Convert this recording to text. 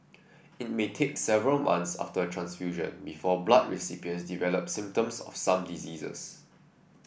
it may take several months after a transfusion before blood recipients develop symptoms of some diseases